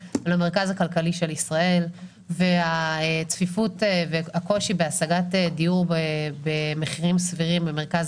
למרכז הכלכלי של ישראל והקושי בהשגת דיור במחירים סבירים במרכז